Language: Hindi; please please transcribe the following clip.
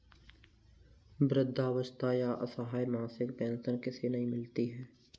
वृद्धावस्था या असहाय मासिक पेंशन किसे नहीं मिलती है?